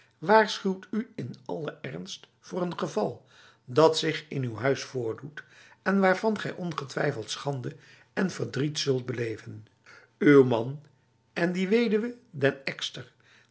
waarschuwt u in alle ernst voor een geval dat zich in uw huis voordoet en waarvan gij ongetwijfeld schande en verdriet zult beleven uw man en die weduwe den